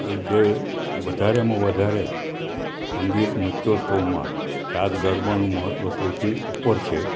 પણ જે વધારેમાં વધારે સંગીત નૃત્યોત્સવમાં રાસગરબાનું મહત્વ સૌથી ઉપર છે